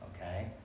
okay